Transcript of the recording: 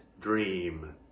dream